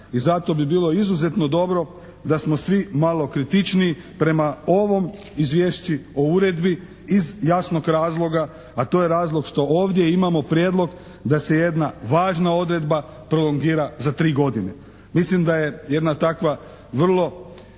i zato bi bilo izuzetno dobro da smo svi malo kritičniji prema ovom izvješću o uredbi iz jasnog razloga, a to je razlog što ovdje imamo prijedlog da se jedna važna odredba prolongira za tri godine. Mislim da je jedna takva vrlo